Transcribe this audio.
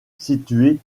située